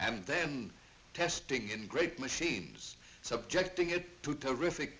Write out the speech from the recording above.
and then testing in great machines subjecting it to terrific